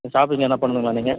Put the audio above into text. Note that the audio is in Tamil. ஷாப்பிங் எதுனா பண்ணணுமா நீங்கள்